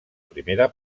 primera